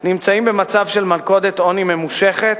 נמצאים במצב של מלכודת עוני ממושכת,